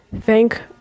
thank